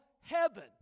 heaven